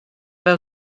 fel